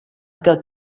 got